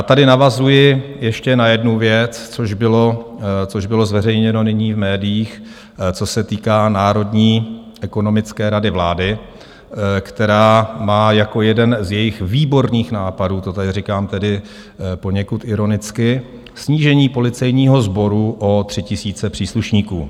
Tady navazuji ještě na jednu věc, což bylo zveřejněno nyní v médiích, co se týká Národní ekonomické rady vlády, která má jako jeden ze svých výborných nápadů to tady říkám tedy poněkud ironicky snížení policejního sboru o 3 000 příslušníků.